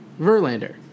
Verlander